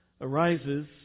arises